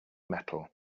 metal